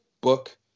book